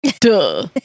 Duh